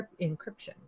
encryption